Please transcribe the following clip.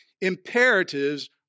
Imperatives